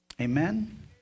Amen